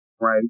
right